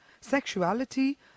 sexuality